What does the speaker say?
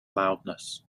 loudness